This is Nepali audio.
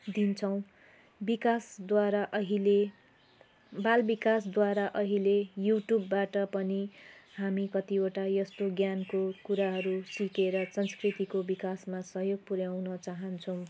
दिन्छौँ विकासद्वारा अहिले बाल विकासद्वारा अहिले युट्युबबाट पनि हामी कतिवटा यस्तो ज्ञानको कुराहरू सिकेर संस्कृतिको विकासमा सहयोग पुऱ्याउन चाहन्छौँ